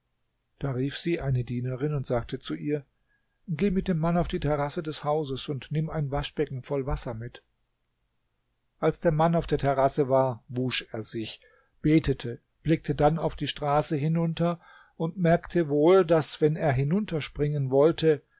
da rief sie eine dienerin und sagte zu ihr geh mit dem mann auf die terrasse des hauses und nimm ein waschbecken voll wasser mit als der mann auf der terrasse war wusch er sich betete blickte dann auf die straße hinunter und merkte wohl daß wenn er hinunterspringen wollte